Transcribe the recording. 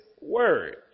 word